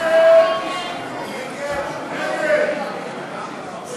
הצעת